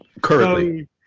Currently